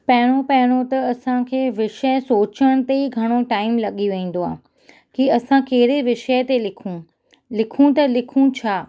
पहिरियों पहिरियों त असांखे विषय सोचण ते ई घणो टाइम लॻी वेंदो आहे की असां कहिड़े विषय ते लिखूं लिखूं त लिखूं छा